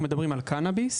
אנחנו מדברים על קנביס.